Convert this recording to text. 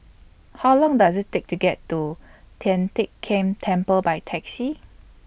How Long Does IT Take to get to Tian Teck Keng Temple By Taxi